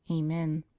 amen.